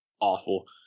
awful